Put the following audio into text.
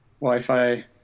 Wi-Fi